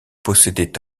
possédait